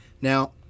now